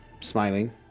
smiling